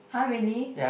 huh really